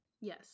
Yes